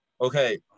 Okay